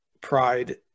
pride